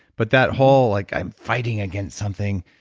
but that whole, like i'm fighting against something,